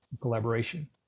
collaboration